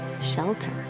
shelter